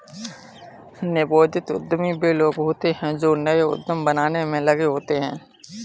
नवोदित उद्यमी वे लोग होते हैं जो नए उद्यम बनाने में लगे होते हैं